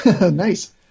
Nice